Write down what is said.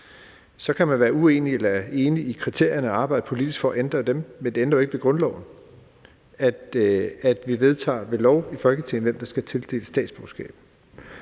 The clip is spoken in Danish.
Så kan man være uenig eller enig i kriterierne og arbejde politisk for at ændre dem, men det ændrer jo ikke ved grundloven, og at vi i Folketinget ved lov vedtager, hvem der skal tildeles statsborgerskab,